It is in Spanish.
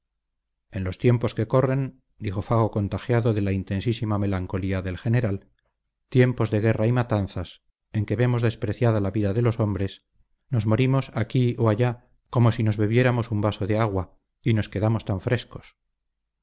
en los tiempos que corren dijo fago contagiado de la intensísima melancolía del general tiempos de guerra y matanzas en que vemos despreciada la vida de los hombres nos morimos aquí o allá como si nos bebiéramos un vaso de agua y nos quedamos tan frescos